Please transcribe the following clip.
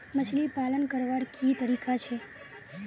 मछली पालन करवार की तरीका छे?